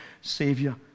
Savior